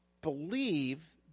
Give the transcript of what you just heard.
believe